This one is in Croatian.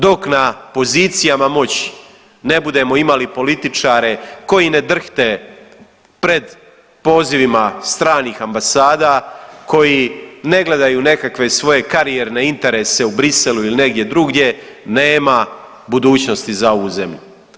Dok na pozicijama moći ne budemo imali političare koji ne drhte pred pozivima stranih ambasada, koji ne gledaju nekakve svoje karijerne interese u Bruxellesu ili negdje drugdje nema budućnosti za ovu zemlju.